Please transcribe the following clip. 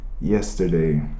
yesterday